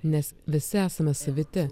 nes visi esame saviti